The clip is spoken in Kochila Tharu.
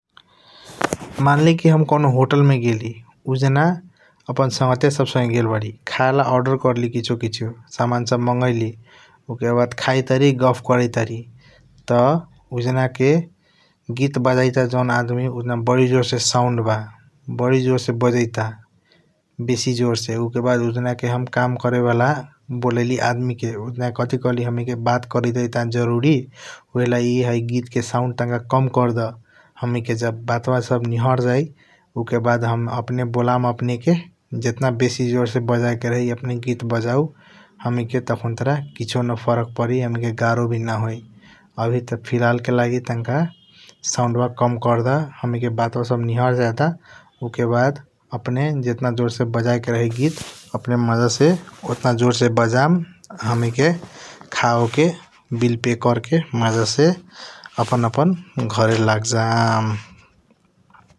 मानली की हम कॉनो होटल मे गेली उजान अपना संघटिया सब संगे गेल बारी खायाला ऑर्डर कर्ली किसीओ किसीओ । सामन सब मागेली उके बाद खाइट बारी गफ्फ करियात बारी त उजना गीत बजाइट बा जॉन आदमी उजान बारी जोर से साउन्ड बा । बारी जोर से बजाइट त बेसी जोर से उके बाद हम काम करे वाला बोलाइली आदमी के उजान कथी कहली हमैके हम बात करैत बारी टांका जरूरी । ऊहएलगी है गीत से साउन्ड टांका काम अकरदा हमैके जब बात वा सब निहार जाई उके बाद हम अपने बोलम अपने के उके बाद अपने के जटना बेसी जोर से । गीत बजाइए के रही अपने के अपने बजाऊ हमैके टखूँटरा किसीओ न फरक परी हमैके गारो वी न होई आवी त फिलाल के लागि टांका साउन्ड व काम करद । हमैके बातवा सब निहार जाईदा उके बाद अपने जतन जोर से बजाके रही गीत अपने मज़ा से ओटन जोर से बजम हमीके खाओके बिल पे कर के मज़ा से आपन आपन घरे लग जाम ।